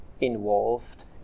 involved